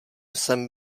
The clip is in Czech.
jsem